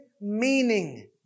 meaning